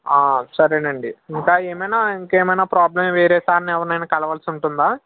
సరేనండి ఇంకా ఏమైనా ఇంకేమైనా ప్రాబ్లమ్ వేరే సార్ని ఎవరినైనా కలవాల్సి ఉంటుందా